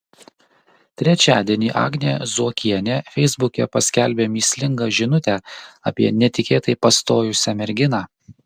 trečiadienį agnė zuokienė feisbuke paskelbė mįslingą žinutę apie netikėtai pastojusią merginą